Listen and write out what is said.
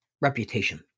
reputation